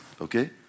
Okay